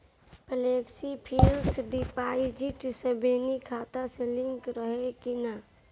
Flexi fixed deposit saving खाता से link रहले कि ना?